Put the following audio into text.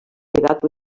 edat